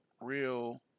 real